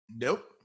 nope